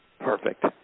perfect